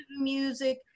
music